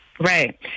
Right